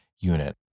unit